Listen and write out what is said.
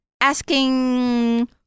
asking